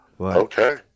Okay